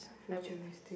futuristic